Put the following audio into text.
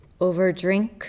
overdrink